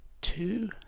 two